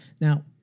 Now